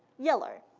yellow.